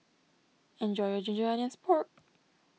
enjoy your Ginger Onions Pork